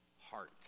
heart